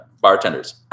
bartenders